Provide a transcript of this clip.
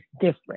different